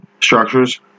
structures